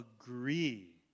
agree